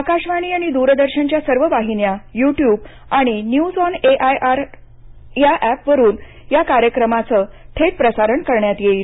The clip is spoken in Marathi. आकाशवाणी आणि दूरदर्शनच्या सर्व वाहिन्यायुट्यूब आणि न्यूज ऑन एआयआर ह्या एप वरून या कार्यक्रमाचं थेट प्रसारण करण्यात येईल